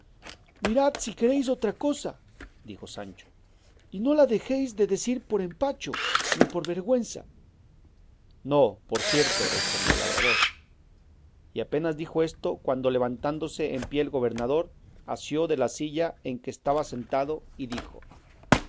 mirad si queréis otra cosa dijo sancho y no la dejéis de decir por empacho ni por vergüenza no por cierto respondió el labrador y apenas dijo esto cuando levantándose en pie el gobernador asió de la silla en que estaba sentado y dijo